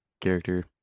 character